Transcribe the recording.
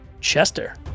Chester